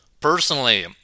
personally